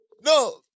No